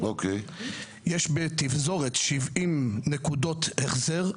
יש בתפזורת 70 נקודות החזר,